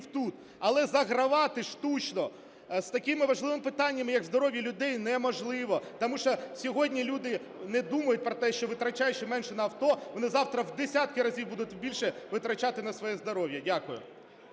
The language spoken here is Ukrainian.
тут. Але загравати штучно з такими важливими питаннями, як здоров'я людей неможливо, тому що сьогодні люди не думають про те, що витрачаючи менше на авто, вони завтра в десятки разів будуть більше витрачати на своє здоров'я. Дякую.